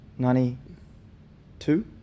Ninety-two